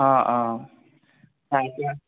অঁ অঁ চাৰিটাত